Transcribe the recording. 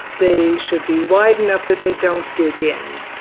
they should be wide enough that they don't dig in.